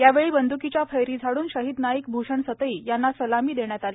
यावेळी बंद्कीच्या फैरी झाडून शहीद नाईक भूषण सतई यांना सलामी देण्यात आली